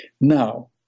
Now